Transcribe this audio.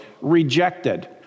rejected